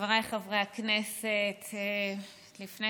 חבריי חברי הכנסת, לפני